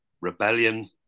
rebellion